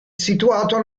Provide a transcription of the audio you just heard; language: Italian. situato